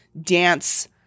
dance